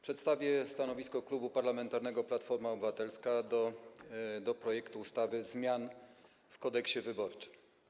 Przedstawię stanowisko Klubu Parlamentarnego Platforma Obywatelska wobec projektu zmian w Kodeksie wyborczym.